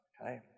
Okay